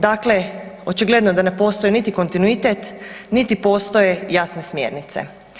Dakle, očigledno da ne postoji niti kontinuitet, niti postoje jasne smjernice.